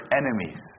enemies